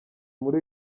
muri